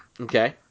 Okay